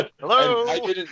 Hello